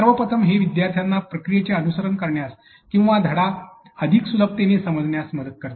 सर्वप्रथम हे विद्यार्थ्याला प्रक्रियेचे अनुसरण करण्यास किंवा धडा अधिक सुलभतेने समजण्यास मदत करते